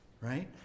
right